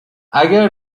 اگه